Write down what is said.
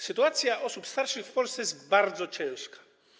Sytuacja osób starszych w Polsce jest bardzo ciężka.